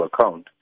account